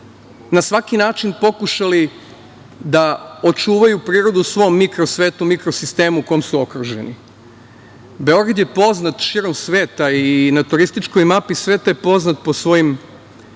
na svaki način pokušali da očuvaju prirodu u svom mikro svetu, mikro sistemu u kom su okruženi. Beograd je poznat širom sveta i na turističkoj mapi je poznat po svojim